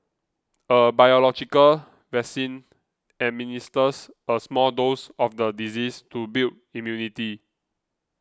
a biological vaccine administers a small dose of the disease to build immunity